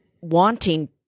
wanting